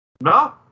No